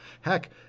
Heck